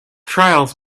trials